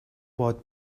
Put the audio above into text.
باد